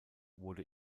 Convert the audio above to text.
wurde